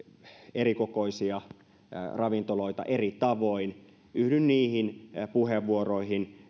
erikokoisia ravintoloita eri tavoin yhdyn niihin puheenvuoroihin